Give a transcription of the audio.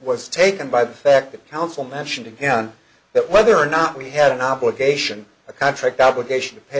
was taken by the fact that council mentioned again that whether or not we had an obligation a contract obligation to pay